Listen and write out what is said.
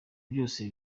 byose